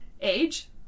Age